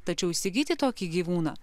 tačiau įsigyti tokį gyvūną